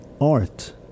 art